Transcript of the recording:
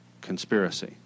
conspiracy